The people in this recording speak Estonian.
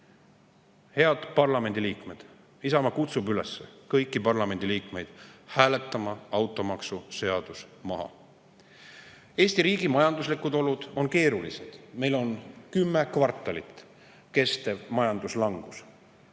Head parlamendiliikmed! Isamaa kutsub kõiki parlamendiliikmeid üles hääletama automaksuseaduse vastu. Eesti riigi majanduslikud olud on keerulised. Meil on kümme kvartalit kestnud majanduslangus.